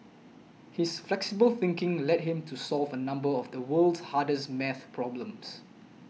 his flexible thinking led him to solve a number of the world's hardest math problems